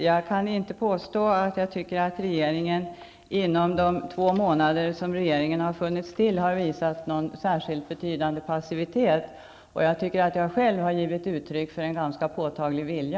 Jag kan inte tycka att regeringen under de två månader som den har funnits till har visat någon betydande passitivitet. Jag tycker också att jag själv i dag har visat en påtaglig vilja.